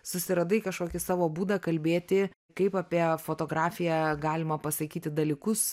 susiradai kažkokį savo būdą kalbėti kaip apie fotografiją galima pasakyti dalykus